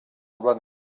running